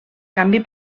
canvi